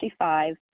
55